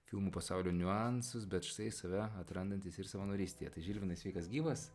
filmų pasaulio niuansus bet štai save atrandantis ir savanorystėje tai žilvinai sveikas gyvas